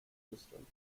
russland